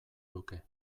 luke